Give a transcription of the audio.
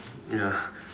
ya